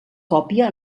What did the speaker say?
còpia